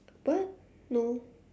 what no